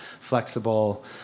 flexible